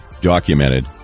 documented